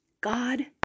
God